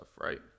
right